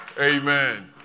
amen